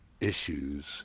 issues